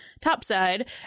Topside